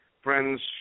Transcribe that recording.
friends